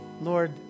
Lord